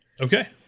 Okay